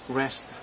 rest